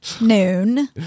noon